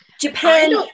Japan